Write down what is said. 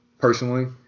personally